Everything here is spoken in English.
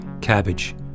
cabbage